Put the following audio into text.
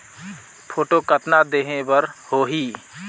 Photo कतना देहें बर होहि?